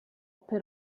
per